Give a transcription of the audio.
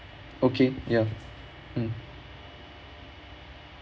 okay ya mm